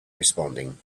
responding